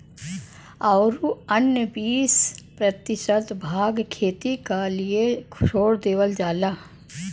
औरू अन्य बीस प्रतिशत भाग खेती क लिए छोड़ देवल जाला